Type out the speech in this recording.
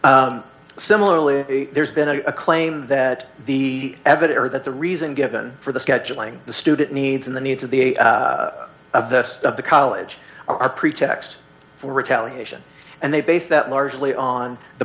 similarly there's been a claim that the evidence or that the reason given for the scheduling the student needs and the needs of the of the college are pretext for retaliation and they base that largely on the